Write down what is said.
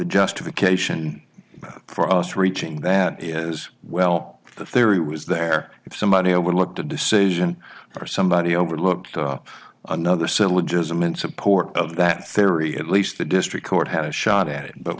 justification for us reaching that is well the theory was there if somebody overlooked a decision or somebody over looked up another syllogism in support of that theory at least the district court has shot at it but